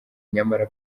nyamara